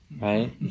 right